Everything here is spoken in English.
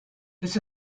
this